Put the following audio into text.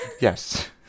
Yes